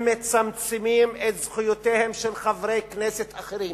מצמצמים את זכויותיהם של חברי כנסת אחרים.